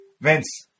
Vince